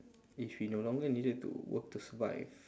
if you no longer needed to work to survive